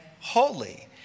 holy